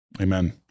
Amen